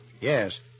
Yes